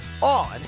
on